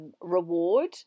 reward